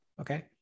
Okay